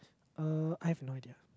uh I have no idea